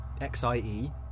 xie